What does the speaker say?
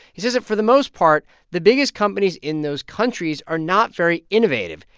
he says that for the most part, the biggest companies in those countries are not very innovative,